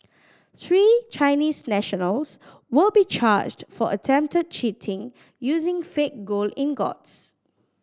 three Chinese nationals will be charged for attempted cheating using fake gold ingots